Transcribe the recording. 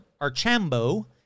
Archambo